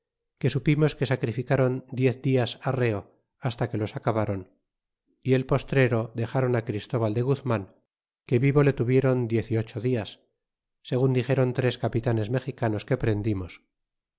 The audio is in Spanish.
que supimos que sacrificáron diez dias arreo basta que los acabron y el postrero dexron tóbal de guzman que vivo le tuviéron diez y ocho dias segun dixéron tres capitanes mexicanos que prendimos